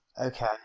okay